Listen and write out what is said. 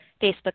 Facebook